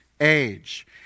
age